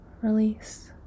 release